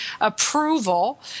approval